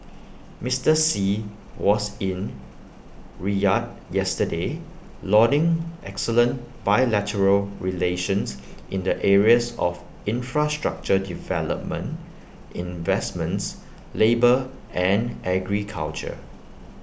Mister Xi was in Riyadh yesterday lauding excellent bilateral relations in the areas of infrastructure development investments labour and agriculture